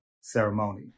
ceremony